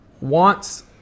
wants